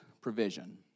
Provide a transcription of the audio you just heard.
provision